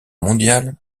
mondiale